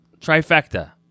Trifecta